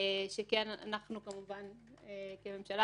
שהממשלה,